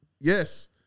yes